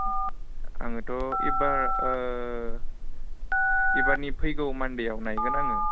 आङोथ' एबार एबारनि फैगौ मानडेआव नायगोन आङो